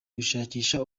gushakisha